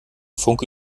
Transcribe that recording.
funke